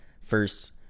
first